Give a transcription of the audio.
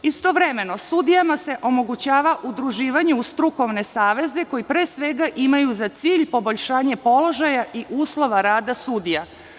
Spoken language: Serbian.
Istovremeno, sudijama se omogućava udruživanje u strukovne saveze koji pre svega imaju za cilj poboljšanje položaja i uslova rada sudija.